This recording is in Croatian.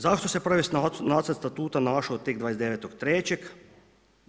Zašto se prvi nacrt statuta našao tek 29.3.